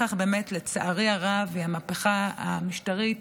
התשובה לכך, לצערי הרב, היא המהפכה המשטרית